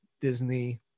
Disney